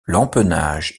l’empennage